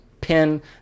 pin